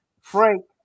Frank